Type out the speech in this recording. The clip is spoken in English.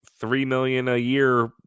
three-million-a-year